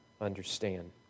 understand